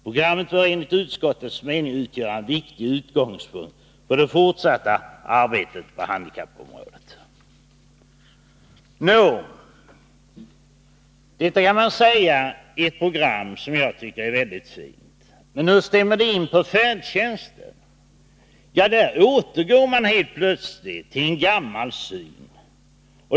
Programmet bör enligt utskottets mening utgöra en viktig utgångspunkt för det fortsatta arbetet på handikappområdet.” Detta är ett program, som jag tycker är väldigt fint. Men hur stämmer det in på färdtjänsten? Jo, där återgår man helt plötsligt till en gammal syn.